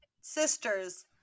sisters